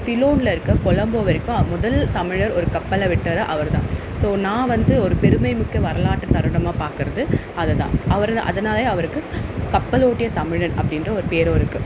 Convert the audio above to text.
சிலோனில் இருக்கற கொலம்போ வரைக்கும் முதல் தமிழர் ஒரு கப்பலை விட்டார் அவர் தான் ஸோ நான் வந்து ஒரு பெருமைமிக்க வராலாற்று தருணமாக பார்க்குறது அதை தான் அவர் அதனாலேயே அவருக்கு கப்பலோட்டிய தமிழன் அப்படின்ற ஒரு பேரும் இருக்குது